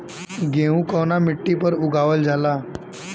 गेहूं कवना मिट्टी पर उगावल जाला?